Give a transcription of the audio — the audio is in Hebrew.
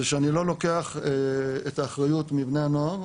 זה שאני לא לוקח את האחריות מבני הנוער,